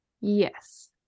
Yes